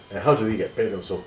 and how do we get paid also